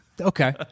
Okay